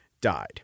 died